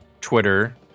Twitter